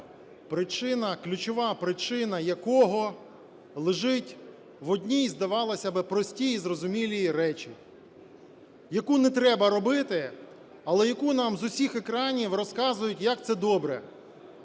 ключова причина якого лежить в одній, здавалося б, простій і зрозумілій речі, яку не треба робити, але яку нам з усіх екранів розказують, як це добре,